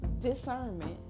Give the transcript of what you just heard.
discernment